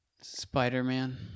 Spider-Man